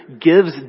gives